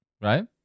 right